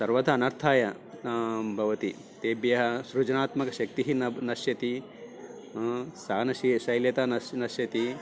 सर्वथा अनर्थाय भवति तेभ्यः सृजनात्मकशक्तिः न नश्यति सहनशीलः शैल्यता नश् नश्यति